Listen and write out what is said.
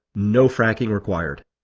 no fracking required.